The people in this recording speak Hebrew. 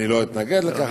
אני לא אתנגד לכך,